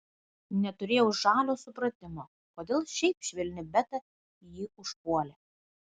neturėjau žalio supratimo kodėl šiaip švelni beta jį užpuolė